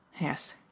Yes